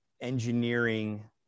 engineering